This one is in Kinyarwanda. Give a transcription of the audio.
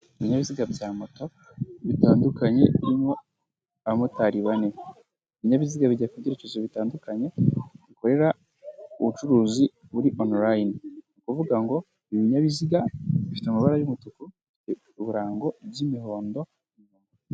Ibinyabiziga bya moto bitandukanye birimo abamotari bane, ibinyabiziga bijya ku byerekezo bitandukanye bikorera ubucuruzi muri online, ni ukuvuga ngo ibi binyabiziga bifite amabara y'umutuku, uburango by'imihondo.